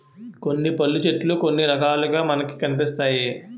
కొన్ని పళ్ళు చెట్లు కొన్ని రకాలుగా మనకి కనిపిస్తాయి